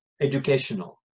educational